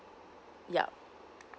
yup